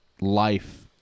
life